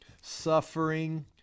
suffering